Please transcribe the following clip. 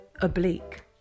oblique